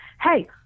hey